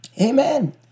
Amen